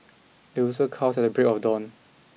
the rooster cows at the break of dawn